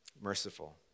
merciful